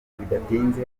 bidatinze